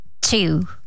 two